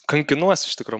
kankinuosi iš tikro